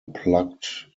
plucked